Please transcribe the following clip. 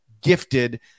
gifted –